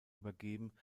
übergeben